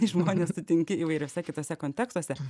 žmones sutinki įvairiuose kituose kontekstuose